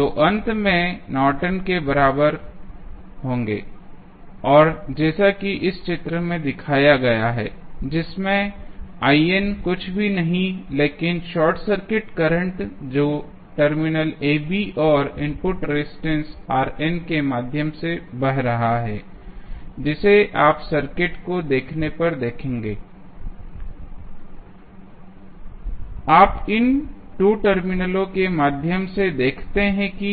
तो अंत में हम नॉर्टन के बराबर होंगे और जैसा कि इस चित्र में दिखाया गया है जिसमें कुछ भी नहीं लेकिन शॉर्ट सर्किट करंट जो टर्मिनल ab और इनपुट रेजिस्टेंस के माध्यम से बह रहा है जिसे आप सर्किट को देखने पर देखेंगे आप इन 2 टर्मिनलों के माध्यम से देखते हैं कि